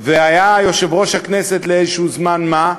והיה יושב-ראש הכנסת לזמן-מה,